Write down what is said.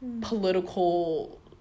political